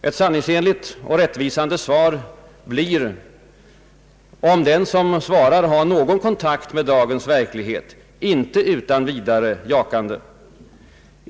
Ett sanningsenligt och rättvisande svar blir, om den som svarar har någon kontakt med dagens verklighet, inte utan vidare jakande.